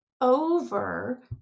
over